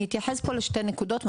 אני אתייחס פה בקצרה לשתי נקודות.